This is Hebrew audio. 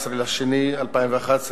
מ-12 בפברואר 2011,